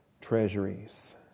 treasuries